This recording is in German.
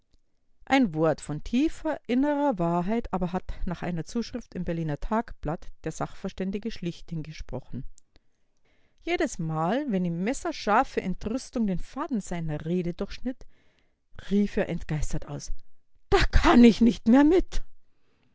ein wort von tiefer innerer wahrheit aber hat nach einer zuschrift im berliner tageblatt der sachverständige schlichting gesprochen jedesmal wenn ihm messerscharfe entrüstung den faden seiner rede durchschnitt rief er entgeistert aus da kann ich nicht mehr mit